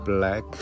？Black